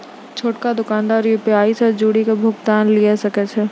छोटका दोकानदार यू.पी.आई से जुड़ि के भुगतान लिये सकै छै